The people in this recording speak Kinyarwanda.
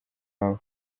wabo